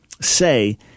say